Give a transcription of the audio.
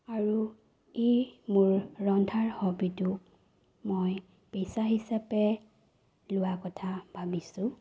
আৰু এই মোৰ ৰন্ধাৰ হবিটো মই পেচা হিচাপে লোৱা কথা ভাবিছোঁ